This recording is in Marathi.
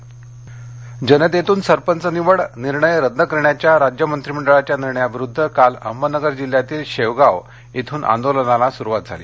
सरपंच विरोध अहमदनगर जनतेतून सरपंच निवड निर्णय रद्द करण्याच्या राज्य मंत्रिमंडळाच्या निर्णयाविरूद्ध काल अहमदनगर जिल्ह्यातील शेवगाव इथून आंदोलनाला सुरुवात झाली